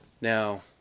Now